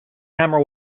hammer